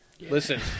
Listen